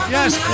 Yes